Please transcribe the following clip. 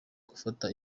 gufata